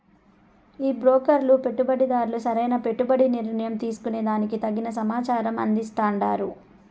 ఈ బ్రోకర్లు పెట్టుబడిదార్లు సరైన పెట్టుబడి నిర్ణయం తీసుకునే దానికి తగిన సమాచారం అందిస్తాండారు